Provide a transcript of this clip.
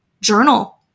Journal